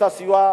את הסיוע,